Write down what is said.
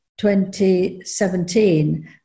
2017